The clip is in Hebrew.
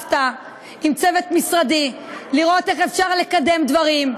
וישבת עם צוות משרדי לראות איך אפשר לקדם דברים,